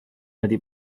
wedi